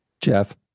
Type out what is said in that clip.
Jeff